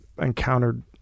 encountered